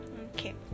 okay